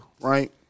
right